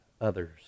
others